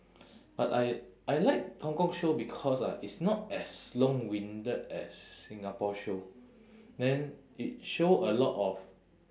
but I I like hong kong show because ah it's not as long-winded as singapore show then it show a lot of